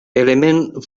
element